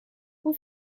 hoe